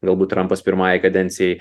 galbūt trampas pirmąjai kadencijai